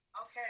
Okay